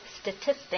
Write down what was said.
statistics